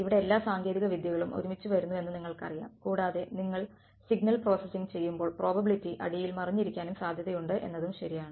ഇവിടെ എല്ലാ സാങ്കേതിക വിദ്യകളും ഒരുമിച്ച് വരുന്നു എന്ന് നിങ്ങൾക്കറിയാം കൂടാതെ നിങ്ങൾ സിഗ്നൽ പ്രോസസ്സിംഗ് ചെയ്യുമ്പോൾ പ്രോബബിലിറ്റി അടിയിൽ മറഞ്ഞിരിക്കാനും സാധ്യത ഉണ്ട് എന്നതും ശരിയാണ്